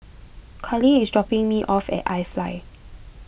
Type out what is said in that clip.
Kallie is dropping me off at iFly